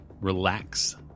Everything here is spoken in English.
relax